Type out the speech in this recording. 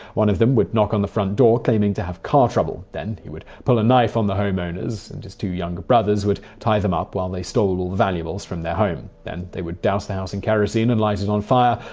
one of them would knock on the front door, claiming to have car trouble. then, he would pull a knife on the homeowners, and his two younger brothers would tie them up while they stole all of the valuables from their home. then, they would douse the house in kerosine and light it on fire,